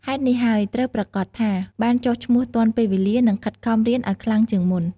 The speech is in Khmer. ហេតុនេះហើយ ត្រូវប្រាកដថាបានចុះឈ្មោះទាន់ពេលវេលា និង ខិតខំរៀនឲ្យខ្លាំងជាងមុន។